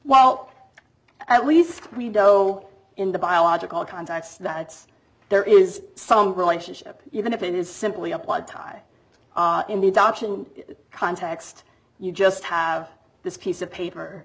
while at least we doe in the biological contacts that there is some relationship even if it is simply a blood tie in the adoption context you just have this piece of paper